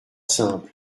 simple